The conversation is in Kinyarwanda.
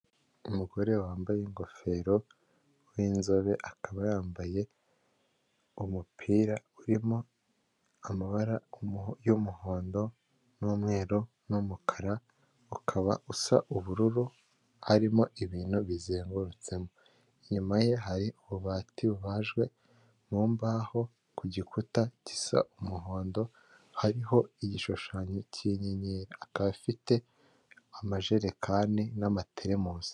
Umugore wambaye ingofero w'inzobe akaba yambaye umupira urimo amabara y'umuhondo, n'umweru, n'umukara, ukaba usa ubururu arimo ibintu bizengurutse inyuma ye hari umubati bubajwe mu mbaho ku gikuta gisa umuhondo hariho igishushanyo cy'inyenyeri akaba afite amajerekani nama tereminsi.